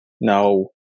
no